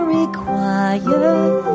required